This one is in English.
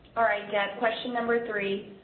alright, deb, question number three.